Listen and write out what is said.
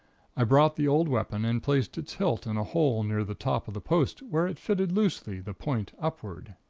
i brought the old weapon and placed its hilt in a hole near the top of the post where it fitted loosely, the point upward.